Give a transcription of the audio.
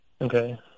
Okay